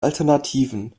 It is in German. alternativen